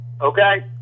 okay